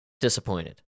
Disappointed